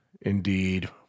indeed